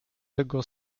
tego